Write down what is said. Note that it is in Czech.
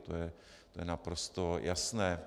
To je naprosto jasné.